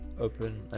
open